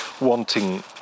wanting